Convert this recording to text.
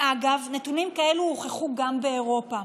ואגב, נתונים כאלה הוכחו גם באירופה.